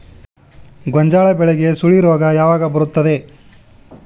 ಗೋಂಜಾಳ ಬೆಳೆಗೆ ಸುಳಿ ರೋಗ ಯಾವಾಗ ಬರುತ್ತದೆ?